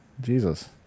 Jesus